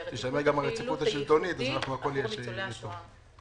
תישמר הפעילות הייחודית עבור ניצולי השואה.